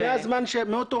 מאז שהיית,